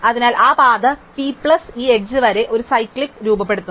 അതിനാൽ ആ പാത p പ്ലസ് ഈ എഡ്ജ് ഒരു അസൈക്ലിക്ക് രൂപപ്പെടുത്തുന്നു